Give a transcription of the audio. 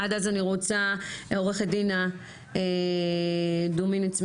עו"ד דינה דומיניץ,